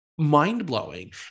mind-blowing